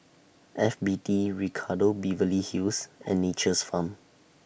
F B T Ricardo Beverly Hills and Nature's Farm